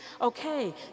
Okay